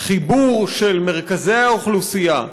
חיבור של מרכזי האוכלוסייה,